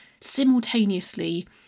simultaneously